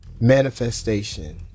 Manifestation